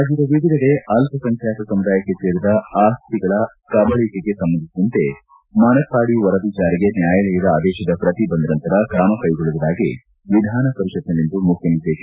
ರಾಜ್ಬದ ವಿವಿಧೆಡೆ ಅಲ್ಪಸಂಖ್ಯಾತ ಸಮುದಾಯಕ್ಷೆ ಸೇರಿದ ಆಸ್ತಿಗಳನ್ನು ಭೂ ಕಬಳಿಕೆಗೆ ಸಂಬಂಧಿಸಿದಂತೆ ಮನಪ್ಪಾಡಿ ವರದಿ ಜಾರಿಗೆ ನ್ನಾಯಾಲಯದ ಆದೇಶದ ಪ್ರತಿ ಬಂದ ನಂತರ ಕ್ರಮ ಕ್ರೈಗೊಳ್ಳುವುದಾಗಿ ವಿಧಾನಪರಿಷತ್ನಲ್ಲಿಂದು ಮುಖ್ಯಮಂತ್ರಿ ಎಚ್